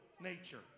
nature